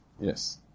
yes